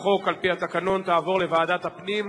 כל כך צודק, כל כך טוב, כל כך חיוני,